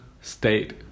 state